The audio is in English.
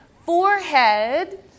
Forehead